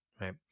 right